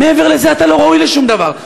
מעבר לזה, אתה לא ראוי לשום דבר.